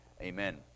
Amen